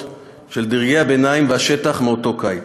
של דרגי הביניים והשטח מאותו הקיץ.